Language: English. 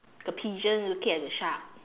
a pigeon looking at the shark